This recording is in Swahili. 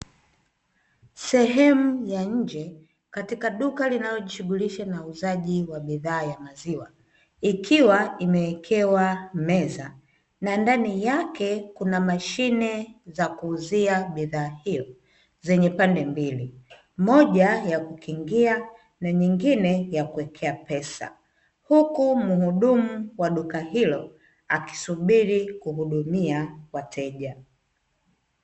Sehemu ya nje katika duka linayojishughulisha bidhaa ya uuzaji wa maziwa, ikiwa imewekewe meza na ndani kuna mashine ya kuuzia bidhaa hiyo zenye pande mbili moja ya kukingia na nyingine yakuwekea pesa, huku muhudumu wa duka hilo akisubiria kuhudumia wateja.